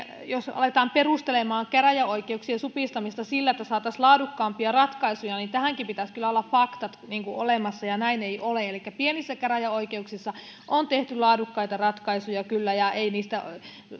jos aletaan perustelemaan käräjäoikeuksien supistamista sillä että saataisiin laadukkaampia ratkaisuja niin tähänkin pitäisi kyllä olla faktat olemassa ja näin ei ole elikkä pienissä käräjäoikeuksissa on kyllä tehty laadukkaita ratkaisuja ja ei niistä